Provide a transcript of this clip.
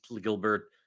Gilbert